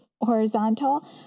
horizontal